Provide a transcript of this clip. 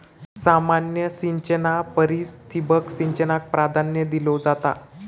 सामान्य सिंचना परिस ठिबक सिंचनाक प्राधान्य दिलो जाता